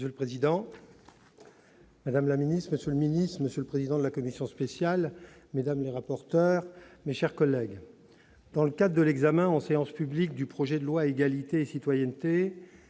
Monsieur le président, madame, monsieur les ministres, monsieur le président de la commission spéciale, mesdames les rapporteurs, mes chers collègues, dans le cadre de l'examen en séance publique du projet de loi relatif à l'égalité et à la citoyenneté,